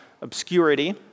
obscurity